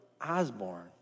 Osborne